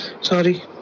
Sorry